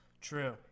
True